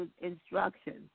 instructions